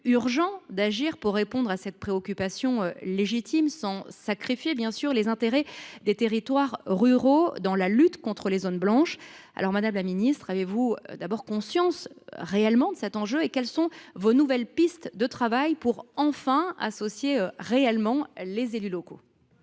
urgent d’agir pour répondre à cette préoccupation légitime, sans sacrifier les intérêts des territoires ruraux dans la lutte contre les zones blanches. Avez vous vraiment conscience de cet enjeu ? Quelles sont vos nouvelles pistes de travail pour enfin associer réellement les élus locaux ?